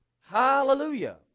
Hallelujah